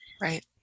right